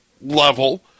level